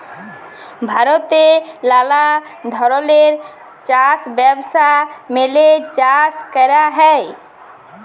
ভারতে লালা ধরলের চাষ ব্যবস্থা মেলে চাষ ক্যরা হ্যয়